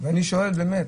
אני שואל באמת,